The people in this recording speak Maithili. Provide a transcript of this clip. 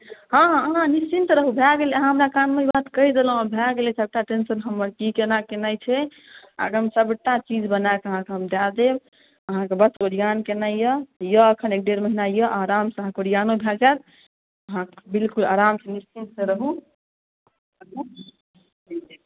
हँ हँ अहाँ निश्चिंत रहू भए गेलै अहाँ हमरा कानमे ई बात कहि देलहुँ भए गेलै सभटा टेंशन हमर की केना केनाइ छै अहाँकेँ हम सभटा चीज बना कऽ अहाँकेँ हम दए देब अहाँकेँ बस ओरिआन केनाइ यए एखन एक डेढ़ महीना यए आरामसँ अहाँकेँ ओरिआनो भऽ जायत अहाँ बिल्कुल आरामसँ निश्चिंतसँ रहू